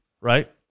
right